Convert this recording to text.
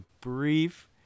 brief